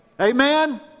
Amen